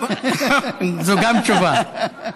זו גם תשובה.